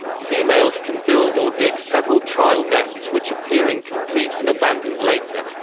females can build or dig several trial nests which appear incomplete and abandoned later.